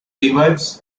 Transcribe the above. revives